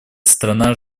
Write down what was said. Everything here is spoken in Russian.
страна